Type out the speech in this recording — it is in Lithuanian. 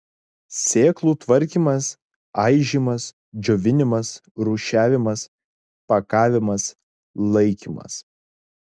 sėklų tvarkymas aižymas džiovinimas rūšiavimas pakavimas laikymas